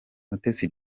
mutesi